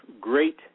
great